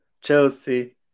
Chelsea